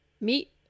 Meet